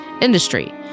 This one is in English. industry